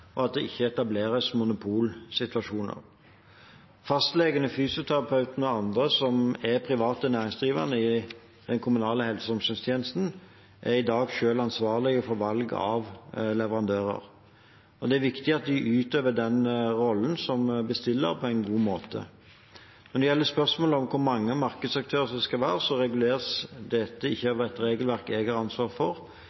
og god konkurranse, og at det ikke etableres monopolsituasjoner. Fastlegene, fysioterapeutene og andre som er private næringsdrivende i den kommunale helse- og omsorgstjenesten, er i dag selv ansvarlige for valg av leverandører, og det er viktig at de utøver rollen som bestiller på en god måte. Når det gjelder spørsmålet om hvor mange markedsaktører det skal være, reguleres ikke dette